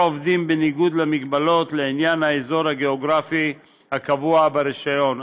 עובדים בניגוד להגבלות לעניין האזור הגיאוגרפי הקבוע ברישיון.